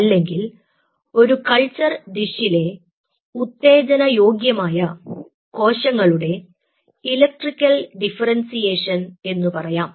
അല്ലെങ്കിൽ ഒരു കൾച്ചർ ഡിഷിലെ ഉത്തേജന യോഗ്യമായ കോശങ്ങളുടെ ഇലക്ട്രിക്കൽ ഡിഫറെൻസിയേഷൻ എന്നുപറയാം